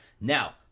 Now